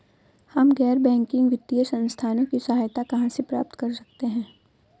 हम गैर बैंकिंग वित्तीय संस्थानों की सहायता कहाँ से प्राप्त कर सकते हैं?